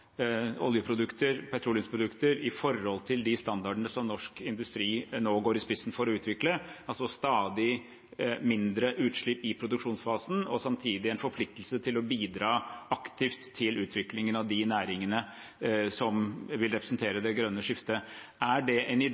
oljeprodukter, petroleumsprodukter, med hensyn til de standardene som norsk industri nå går i spissen for å utvikle, altså stadig mindre utslipp i produksjonsfasen og samtidig en forpliktelse til å bidra aktivt til utviklingen av de næringene som vil representere det grønne skiftet. Er det en